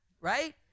right